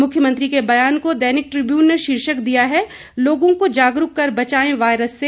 मुख्यमंत्री के बयान को दैनिक ट्रिब्यून ने शीर्षक दिया है लोगों को जागरूक कर बचायें वायरस से